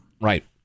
Right